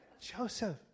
Joseph